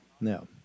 No